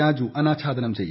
രാജു അനാച്ഛാദനം ചെയ്യും